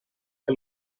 que